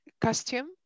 costume